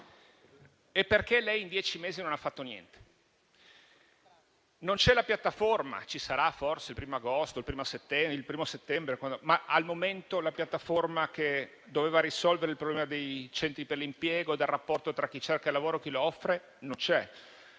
è perché lei in dieci mesi non abbia fatto niente. Non c'è la piattaforma: ci sarà forse il primo settembre, ma al momento la piattaforma che doveva risolvere il problema dei centri per l'impiego, del rapporto tra chi cerca lavoro e chi lo offre non c'è.